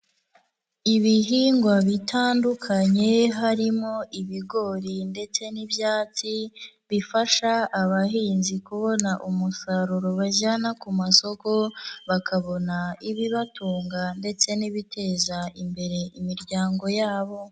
Ibihingwa bitandukanye harimo ibigori ndetse n'ibyatsi, bifasha abahinzi kubona umusaruro bajyana ku masoko, bakabona ibibatunga ndetse n'ibiteza imbere imiryango yabo.